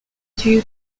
due